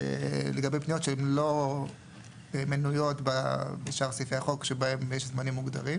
לגבי פניות שהן לא מנויות בשאר סעיפי החוק ששם יש סעיפים מוגדרים.